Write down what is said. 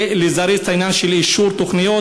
ולזרז את העניין של אישור תוכניות,